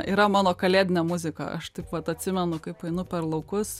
yra mano kalėdinė muzika aš taip vat atsimenu kaip einu per laukus